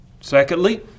Secondly